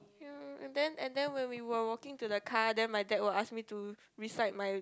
ya and then and then when we were walking to the car then my dad will ask me to recite my